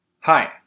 Hi